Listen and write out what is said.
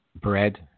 bread